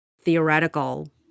theoretical